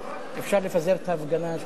אפשר לפזר את ההפגנה,